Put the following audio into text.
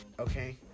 okay